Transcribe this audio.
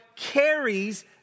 carries